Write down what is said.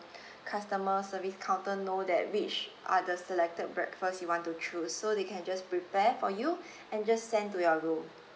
customer service counter know that which are the selected breakfast you want to choose so they can just prepare for you and just send to your room